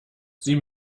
sie